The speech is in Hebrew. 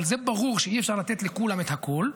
אבל זה ברור שאי-אפשר לתת לכולם את הכול,